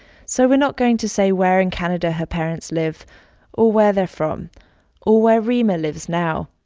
so we're not going to say where in canada her parents live or where they're from or where reema lives now